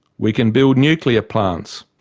we can build nuclear plants.